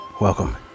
Welcome